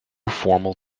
formal